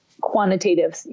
quantitative